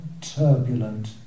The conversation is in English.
turbulent